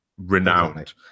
renowned